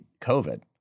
COVID